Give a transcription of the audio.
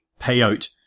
payout